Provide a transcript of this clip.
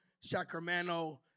Sacramento